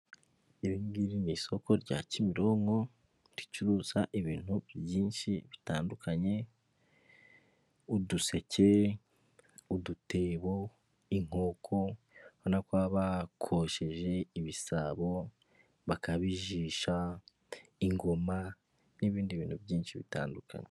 Iri ngiri ni isoko rya Kimironko ricuruza ibintu byinshi bitandukanye, uduseke, udutebo, inkoko, urabona ko baba bakosheje ibisabo bakabijisha, ingoma n'ibindi bintu byinshi bitandukanye.